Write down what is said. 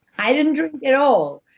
i didn't drink at all,